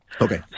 Okay